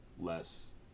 less